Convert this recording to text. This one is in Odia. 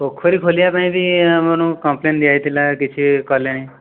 ପୋଖରୀ ଖୋଳିବା ପାଇଁ ବି ଆମର କମ୍ପଲେନ୍ ଦିଆ ହୋଇଥିଲା କିଛି କଲେନି